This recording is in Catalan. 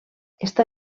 està